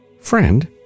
friend